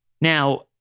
Now